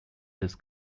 this